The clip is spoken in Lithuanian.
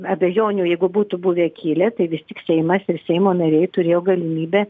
abejonių jeigu būtų buvę kilę tai vis tik seimas ir seimo nariai turėjo galimybę